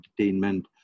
entertainment